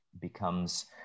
becomes